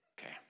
Okay